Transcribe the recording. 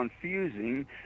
confusing